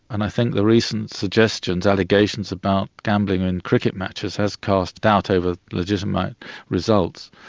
and i think the recent suggestions, allegations about gambling and cricket matches, has cast doubt over the legitimate results.